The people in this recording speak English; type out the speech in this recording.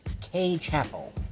K-Chapel